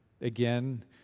Again